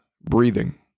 breathing